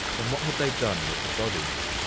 then what had they done with the bodies?